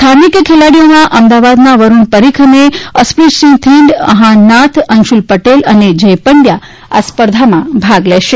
સ્થાનિક ખેલાડીઓમાં અમદાવાદના વરુણ પરીખ અને અશપ્રિત સિંઘ થિંડ અહાન નાથ અંશુલ પટેલ અને જય પંડ્યા અ સ્પર્ધામાં ભાગ લેશે